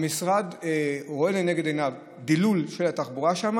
המשרד רואה לנגד עיניו דילול של התחבורה שם